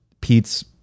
pete's